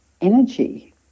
energy